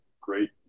great